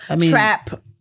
trap